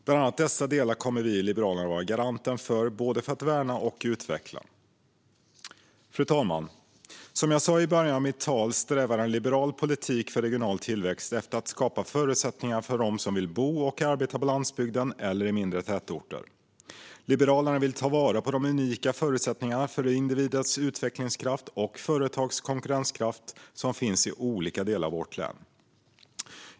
Bland annat dessa delar kommer vi liberaler att vara garanten för att värna och utveckla. Fru talman! Som jag sa i början av mitt anförande strävar en liberal politik för regional tillväxt efter att skapa förutsättningar för dem som vill bo och arbeta på landsbygden eller i mindre tätorter. Liberalerna vill ta vara på de unika förutsättningarna för individers utvecklingskraft och företags konkurrenskraft som finns i olika delar av vårt land.